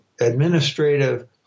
administrative